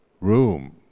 room